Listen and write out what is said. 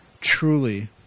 truly